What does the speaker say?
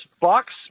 Bucks